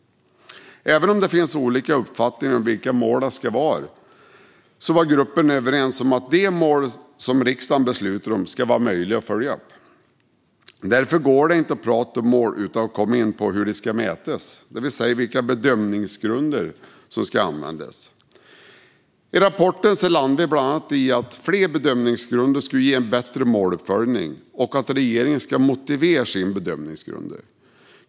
Även om det finns olika uppfattningar om vilka målen ska vara var gruppen överens om att de mål som riksdagen beslutar om ska vara möjliga att följa upp. Därför går det inte att prata om mål utan att komma in på hur de ska mätas, det vill säga vilka bedömningsgrunder som ska användas. I rapporten landade vi bland annat i att fler bedömningsgrunder skulle ge en bättre måluppföljning och att regeringen ska motivera sina bedömningsgrunder.